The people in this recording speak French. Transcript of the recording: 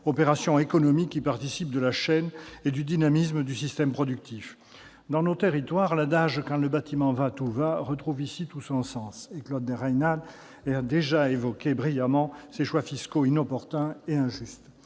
opération économique qui participe de la chaîne productive et de son dynamisme. Dans nos territoires, l'adage « Quand le bâtiment va, tout va » retrouve tout son sens. Claude Raynal a déjà évoqué brillamment ces choix fiscaux inopportuns et injustes.